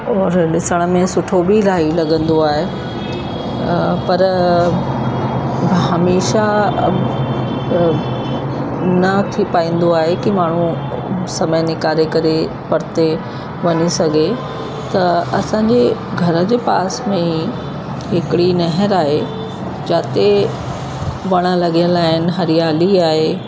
और ॾिसण में सुठो बि इलाही लॻंदो आहे पर हमेशह न थी पाईंदो आहे कि माण्हू समय निकारे करे परिते वञी सघे त असांजे घर जे पास में ई हिकिड़ी नहर आहे जिते वण लॻियल आहे हरियाली आहे